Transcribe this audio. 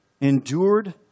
endured